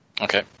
Okay